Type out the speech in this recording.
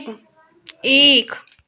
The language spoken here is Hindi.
एक